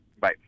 Bye